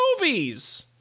movies